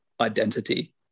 identity